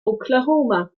oklahoma